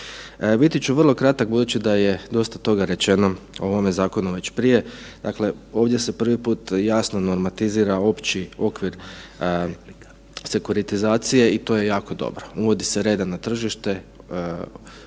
Biti ću vrlo kratak budući da je dosta toga rečeno o ovome zakonu već prije. Dakle, ovdje se prvi put jasno normatizira opći okvir sekuritizacije i to je jako dobro. Uvodi se reda na tržište